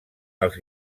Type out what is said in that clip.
els